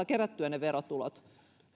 kerättyä verotulot